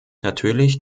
natürlich